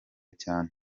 cyane